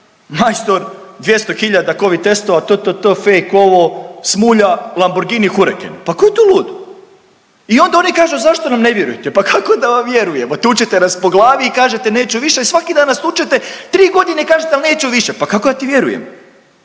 majstor 200 hiljada covid testova, to, to, to fake ovo smulja Lamborgini Huricane, pa tko je tu lud? I onda oni kažu zašto nam ne vjerujete, pa kako da vam vjerujemo, tučete nas po glavi i kažete neću više i svaki dan nas tučete tri godine i kažete al neću više, pa kako da ti vjerujem?